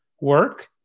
work